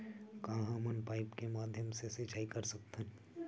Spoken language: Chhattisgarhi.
का हमन पाइप के माध्यम से सिंचाई कर सकथन?